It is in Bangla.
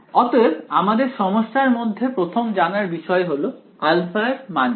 অতএব আমাদের সমস্যার মধ্যে প্রথম জানার বিষয় হল α এর মান কি